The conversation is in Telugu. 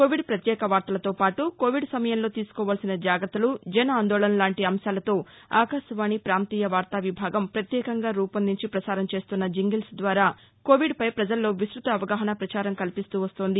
కోవిడ్ పత్యేక వార్తలతో పాటు ఈ సమయంలో తీసుకోవాల్సిన జాగ్రత్తలు జన్ఆందోళన్ లాంటి అంశాలతో ఆకాశవాణి ప్రాంతీయ వార్తా విభాగం ప్రత్యేకంగా రూపొందించి ప్రసారం చేస్తోన్న జింగిల్స్ ద్వారా కోవిడ్పై ప్రజల్లో విస్తృత అవగాహన పచారం కల్పిస్తూ వస్తోంది